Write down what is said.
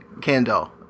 candle